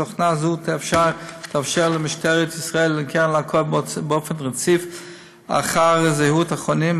תוכנה זו תאפשר למשטרת ישראל ולקרן לעקוב באופן רציף אחר זהות החונים,